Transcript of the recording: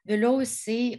vėliau jisai